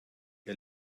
ihr